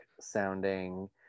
sounding